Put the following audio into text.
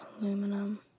aluminum